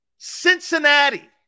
Cincinnati